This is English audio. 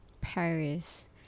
Paris